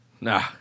Nah